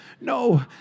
no